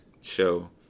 show